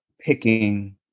picking